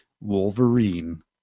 Wolverine